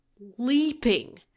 leaping